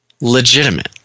legitimate